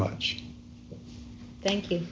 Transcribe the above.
much thank you